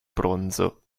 bronzo